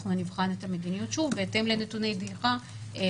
אנחנו נבחן את המדיניות שוב בהתאם לנתוני דעיכה.